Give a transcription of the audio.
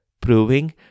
proving